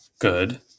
good